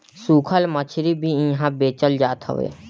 सुखल मछरी भी इहा बेचल जात हवे